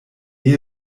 ehe